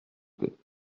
plait